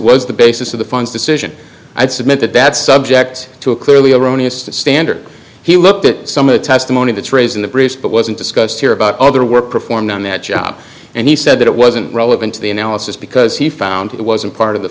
well as the basis of the funds decision i submitted that subject to a clearly erroneous to standard he looked at some of the testimony that's raised in the briefs but wasn't discussed here about other work performed on that job and he said that it wasn't relevant to the analysis because he found it wasn't part of the